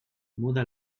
muda